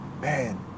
Man